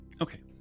Okay